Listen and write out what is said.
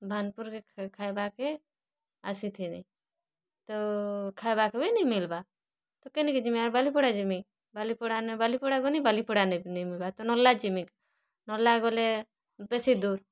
ଭାନ୍ପୁର୍ କେ ଖଏବାର୍ କେ ଆସିଥିଲି ତ ଖାଏବାର୍ କେ ବି ନି ମିଲବାର୍ ତ କେନ୍କେ ଯିମି ଆର୍ ବାଲିପଡ଼ା ଯିମି ବାଲିପଡ଼ା ନେ ବାଲିପଡ଼ା ଗଲି ବାଲିପଡ଼ା ନେ ବି ନି ମିଲ୍ବାର୍ ତ ନର୍ଲା ଯିମି କେଁ ନର୍ଲା ଗଲେ ବେଶି ଦୁର୍